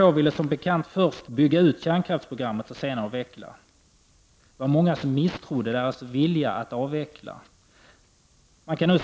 1.